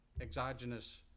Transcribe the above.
exogenous